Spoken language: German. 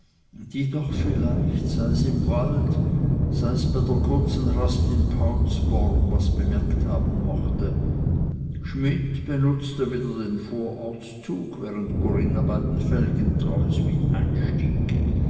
die doch vielleicht sei's im wald sei's bei der kurzen rast in paulsborn etwas bemerkt haben mochte schmidt benutzte wieder den vorortszug während corinna bei den felgentreus mit einstieg